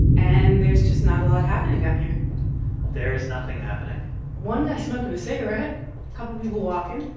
and there's just not a lot happening down here there's nothing happening one guy's smoking a cigarette, a couple of people walking.